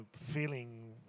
feeling